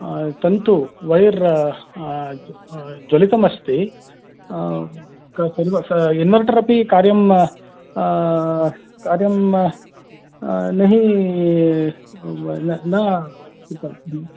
तन्तु वैर् ज्वलितमस्ति इन्वर्टर् अपि कार्यं कार्यं न हि न करोति